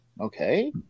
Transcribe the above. okay